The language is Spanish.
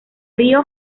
río